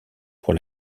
pour